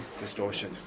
distortion